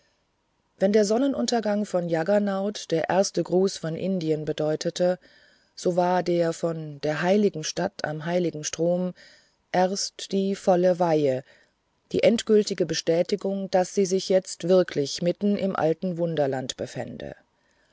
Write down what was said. wenn der sonnenuntergang von jaggernauth der erste gruß von indien bedeutete so war der von der heiligen stadt am heiligen strom erst die volle weihe die endgültige bestätigung daß man sich jetzt wirklich mitten im alten wunderland befände